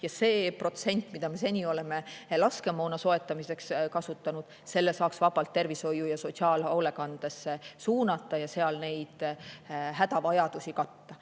ja selle protsendi, mida me seni oleme laskemoona soetamiseks kasutanud, saaks vabalt tervishoidu ja sotsiaalhoolekandesse suunata ja seal neid hädavajadusi katta.